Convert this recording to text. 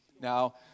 Now